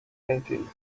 paintings